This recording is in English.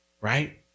right